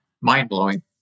mind-blowing